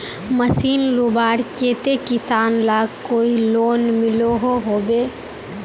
Machine लुबार केते किसान लाक कोई लोन मिलोहो होबे?